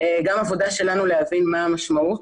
גם עבודה שלנו להבין מה המשמעות